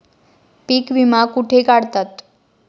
पीक विमा कुठे काढतात?